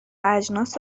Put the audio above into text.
اجناس